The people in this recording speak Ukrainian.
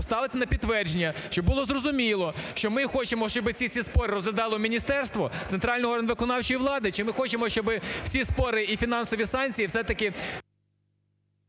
поставити на підтвердження, щоб було зрозуміло, що ми хочемо, щоб ці всі спори розглядало міністерство, центральний орган виконавчої влади, чи ми хочемо, щоб всі спори і фінансові санкції все-таки…